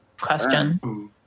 Question